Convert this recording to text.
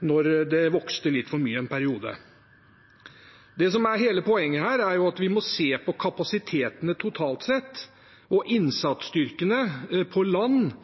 da det vokste litt for mye en periode. Det som er hele poenget her, er at vi må se på kapasitetene totalt sett, og innsatsstyrkene på land